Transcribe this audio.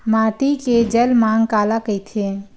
माटी के जलमांग काला कइथे?